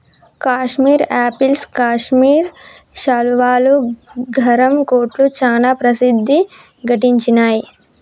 Kashmir apples Kashmir శాలువాలు, గరం కోట్లు చానా ప్రసిద్ధి గడించినాయ్